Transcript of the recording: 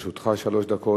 גם לרשותך שלוש דקות.